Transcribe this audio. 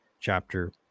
chapter